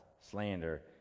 slander